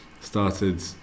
started